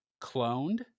cloned